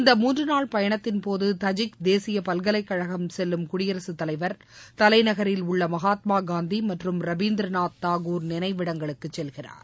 இந்த மூன்று நாள் பயணத்தின் போது தஜிக் தேசிய பல்கலைக்கழகம் செல்லும் குடியரசுத் தலைவா் தலைநகரில் உள்ள மகாத்மா காந்தி மற்றும் ரபிந்தீரநாத் தாகூர் நினவைடங்களுக்கு செல்கிறார்